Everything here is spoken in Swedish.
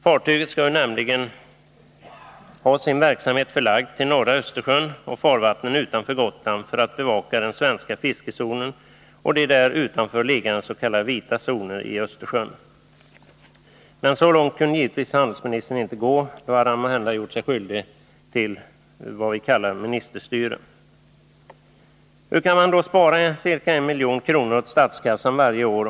Fartyget skall nämligen ha sin verksamhet förlagd till norra Östersjön och farvattnen utanför Gotland för att bevaka den svenska fiskezonen och där utanför liggande s.k. vita zoner i Östersjön. Men så långt kunde givetvis handelsministern inte gå; då hade han måhända gjort sig skyldig till vad vi kallar ministerstyre. Hur kan man då spara ca 1 milj.kr. åt statskassan varje år?